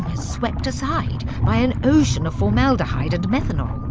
ah swept aside by an ocean of formaldehyde and methanol.